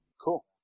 Cool